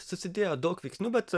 susidėjo daug veiksnių bet